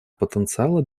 потенциала